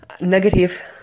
negative